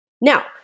Now